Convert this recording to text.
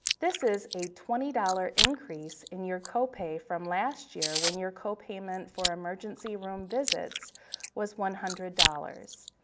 this is a twenty dollars increase in your copay from last year when your copayment for emergency room visits was one hundred dollars.